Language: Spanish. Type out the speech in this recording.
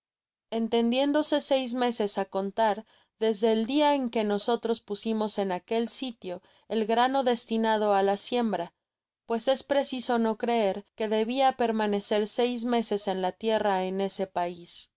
entendiéndose seis meses á contar desde el dia en que nosotros pusimos en aquel sitio el grano destinado á la siembra pues es preciso no creer que debia permanecer seis meses en la tierra en ese pais